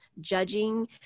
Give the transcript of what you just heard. judging